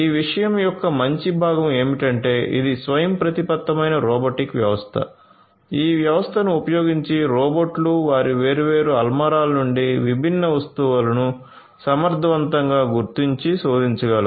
ఈ విషయం యొక్క మంచి భాగం ఏమిటంటే ఇది స్వయంప్రతిపత్తమైన రోబోటిక్ వ్యవస్థ ఈ వ్యవస్థను ఉపయోగించి రోబోట్లు వారి వేర్వేరు అల్మారాల నుండి విభిన్న వస్తువులను సమర్థవంతంగా గుర్తించి శోధించగలవు